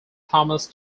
thomas